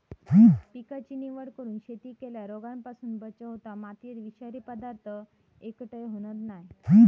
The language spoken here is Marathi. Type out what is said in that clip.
पिकाची निवड करून शेती केल्यार रोगांपासून बचाव होता, मातयेत विषारी पदार्थ एकटय होयत नाय